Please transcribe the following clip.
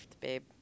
babe